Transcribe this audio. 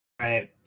right